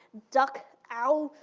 duck, owl,